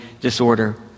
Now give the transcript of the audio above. disorder